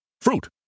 fruit